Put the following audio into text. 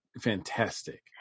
fantastic